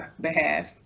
behalf